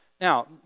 Now